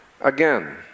Again